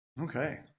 Okay